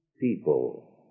people